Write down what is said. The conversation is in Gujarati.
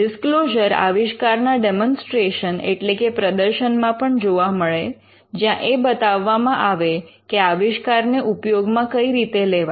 ડિસ્ક્લોઝર આવિષ્કારના ડેમન્સ્ટ્રેશન એટલે કે પ્રદર્શનમાં પણ જોવા મળે જ્યાં એ બતાવવામાં આવે કે આવિષ્કાર ને ઉપયોગમાં કઈ રીતે લેવાય